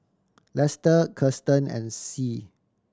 Lester Kirsten and Sie